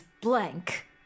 Blank